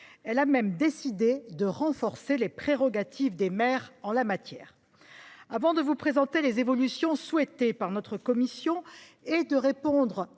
Elle a même décidé de renforcer les prérogatives des maires en la matière. Avant de vous présenter les évolutions souhaitées par notre commission et de répondre